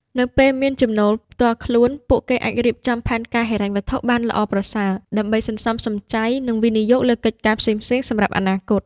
នៅពេលមានចំណូលផ្ទាល់ខ្លួន ពួកគេអាចរៀបចំផែនការហិរញ្ញវត្ថុបានល្អប្រសើរ ដើម្បីសន្សំសំចៃ និងវិនិយោគលើកិច្ចការផ្សេងៗសម្រាប់អនាគត។